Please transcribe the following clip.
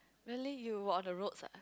really you were on the roads ah